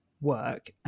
work